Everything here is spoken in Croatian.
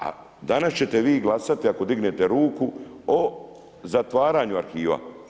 A danas ćete vi glasati ako dignete ruku o zatvaranju arhiva.